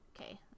okay